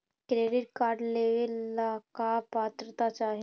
Credit card लेवेला का पात्रता चाही?